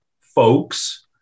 folks